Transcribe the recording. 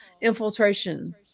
infiltration